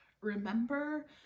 remember